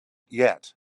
yet